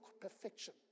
perfection